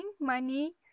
money